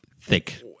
thick